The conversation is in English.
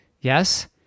Yes